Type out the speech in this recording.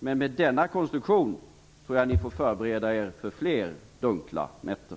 Men med denna konstruktion tror jag att ni får förbereda er för fler dunkla nätter.